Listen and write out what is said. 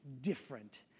different